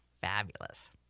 Fabulous